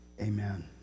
amen